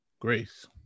grace